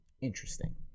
interesting